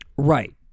Right